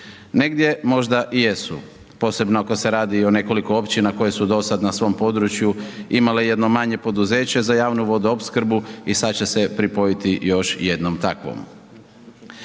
Negdje možda i jesu posebno ako se radi o nekoliko općina koje su do sada na svom području imale i jedno manje poduzeće za javnu vodoopskrbu i sada će se pripojiti još jednom takvom.